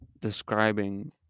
describing